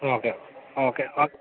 okay okay